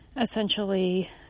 essentially